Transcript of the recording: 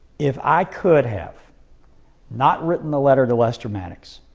if i could have not written the letter to lester maddox,